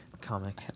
Comic